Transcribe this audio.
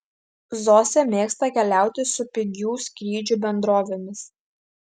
zosė mėgsta keliauti su pigių skrydžių bendrovėmis